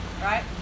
Right